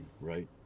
right